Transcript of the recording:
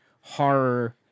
horror